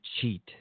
cheat